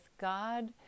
God